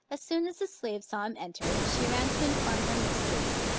as soon as the slave saw him enter, she ran to inform her mistress.